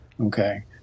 okay